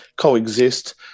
Coexist